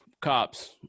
cops